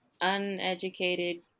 uneducated